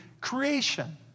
creation